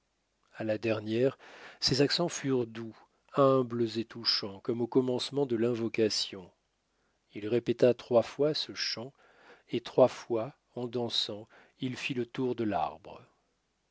à la dernière ses accents furent doux humbles et touchants comme au commencement de l'invocation il répéta trois fois ce chant et trois fois en dansant il fit le tour de l'arbre